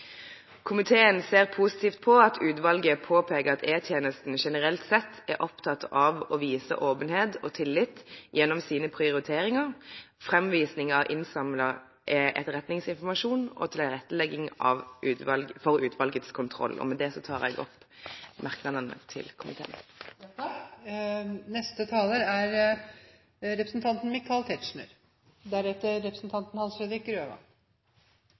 Komiteen ser positivt på at utvalget påpeker at E-tjenestene generelt sett er opptatt av å vise åpenhet og tillit gjennom sine prioriteringer, framvisning av innsamlet etterretningsinformasjon og tilrettelegging for utvalgets kontroll. Jeg vil med dette anbefale komiteens innstilling. Takk til saksordføreren som fremstiller saken på en oversiktlig og grei måte. Det er